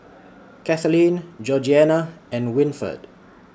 Kathaleen Georgeanna and Winford